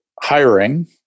hiring